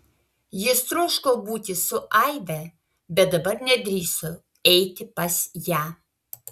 jis troško būti su aive bet dabar nedrįso eiti pas ją